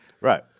Right